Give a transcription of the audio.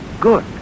good